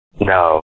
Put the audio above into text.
No